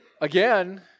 again